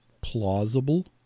plausible